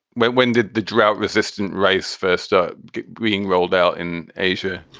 but when did the drought resistant rice first ah being rolled out in asia?